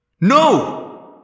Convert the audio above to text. No